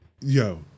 Yo